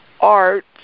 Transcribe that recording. art